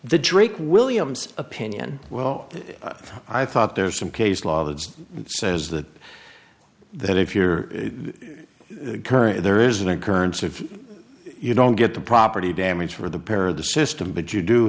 the drake williams opinion well i thought there's some case law that says that that if your current there is an occurrence of you don't get the property damage for the pair of the system but you do